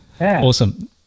Awesome